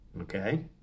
Okay